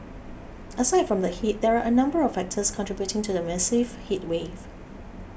aside from the heat there are a number of factors contributing to the massive heatwave